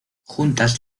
juntas